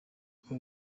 uko